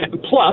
plus